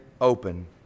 open